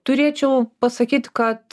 turėčiau pasakyt kad